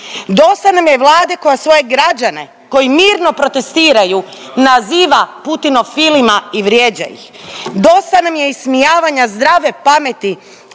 Dosta nam je Vlade koja svoje građane koji mirno protestiraju naziva putinofilima i vrijeđa ih. Dosta nam je ismijavanja zdrave pameti